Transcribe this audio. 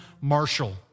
Marshall